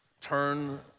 Turn